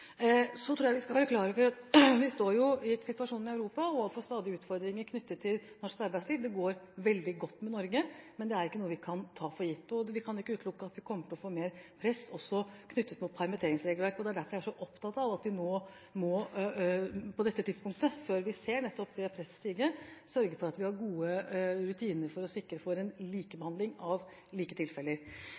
Så tror jeg vi skal være klar over, gitt situasjonen i Europa, at vi står overfor stadige utfordringer knyttet til norsk arbeidsliv. Det går veldig godt med Norge, men det er ikke noe vi kan ta for gitt. Vi kan ikke utelukke at vi kommer til å få mer press knyttet til permitteringsregelverket. Det er derfor jeg er så opptatt av at vi på dette tidspunktet, før vi ser det presset øke, må sørge for at vi har gode rutiner for å sikre en likebehandling av like tilfeller.